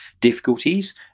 difficulties